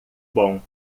bom